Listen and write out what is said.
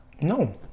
No